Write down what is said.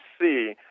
see